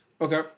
Okay